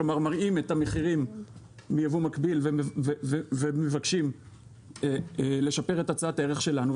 כלומר מראים את המחירים מייבוא מקביל ומבקשים לשפר את הצעת הערך שלנו,